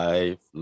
Life